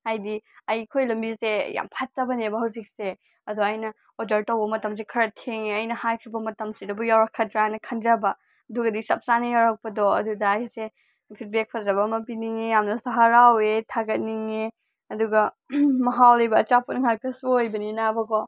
ꯍꯥꯏꯗꯤ ꯑꯩꯈꯣꯏ ꯂꯝꯕꯤꯁꯦ ꯌꯥꯝ ꯐꯠꯇꯕꯅꯦꯕ ꯍꯧꯖꯤꯛꯁꯦ ꯑꯗꯨ ꯑꯩꯅ ꯑꯣꯔꯗꯔ ꯇꯧꯕ ꯃꯇꯝꯁꯦ ꯈꯔ ꯊꯦꯡꯉꯦ ꯑꯩꯅ ꯍꯥꯏꯈ꯭ꯔꯤꯕ ꯃꯇꯝꯁꯤꯗꯕꯨ ꯌꯧꯔꯛꯀꯗ꯭ꯔꯥꯅ ꯈꯟꯖꯕ ꯑꯗꯨꯒꯗꯤ ꯆꯞ ꯆꯥꯅ ꯌꯧꯔꯛꯄꯗꯣ ꯑꯗꯨꯗ ꯑꯩꯁꯦ ꯐꯤꯠꯕꯦꯛ ꯐꯖꯕ ꯑꯃ ꯄꯤꯅꯤꯡꯏ ꯌꯥꯝꯅꯁꯨ ꯍꯔꯥꯎꯏ ꯊꯥꯒꯠꯅꯤꯡꯉꯦ ꯑꯗꯨꯒ ꯃꯍꯥꯎ ꯂꯩꯕ ꯑꯆꯥꯄꯣꯠ ꯉꯥꯛꯇꯁꯨ ꯑꯣꯏꯕꯅꯤꯅꯕꯀꯣ